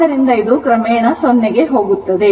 ಆದ್ದರಿಂದ ಇದು ಕ್ರಮೇಣ 0 ಕ್ಕೆ ಹೋಗುತ್ತದೆ